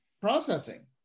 processing